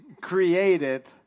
created